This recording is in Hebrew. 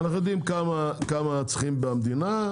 אנחנו יודעים כמה צריכים במדינה,